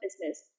business